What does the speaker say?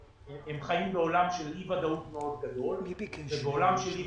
שחיים בעולם של אי ודאות מאוד גדול ובעולם של אי